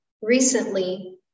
recently